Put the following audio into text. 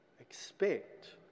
Expect